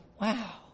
wow